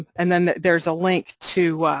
and then there's a link to